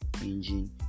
engine